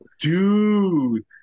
Dude